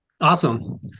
Awesome